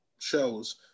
shows